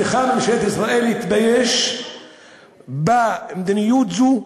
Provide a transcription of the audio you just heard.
צריכה ממשלת ישראל להתבייש במדיניות זו,